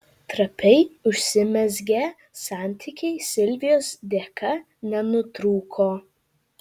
trapiai užsimezgę santykiai silvijos dėka nenutrūko